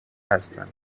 هستن